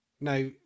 Now